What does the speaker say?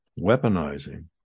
weaponizing